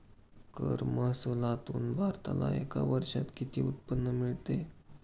कर महसुलातून भारताला एका वर्षात किती उत्पन्न मिळते?